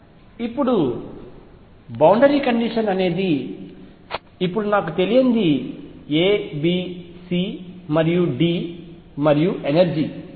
ఇప్పుడు boundary condition అనేది ఇప్పుడు నాకు తెలియనిది A B C మరియు D మరియు ఎనర్జీ